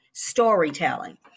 storytelling